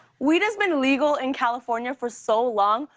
weed has been legal in california for so long,